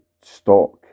stock